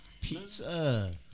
Pizza